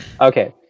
Okay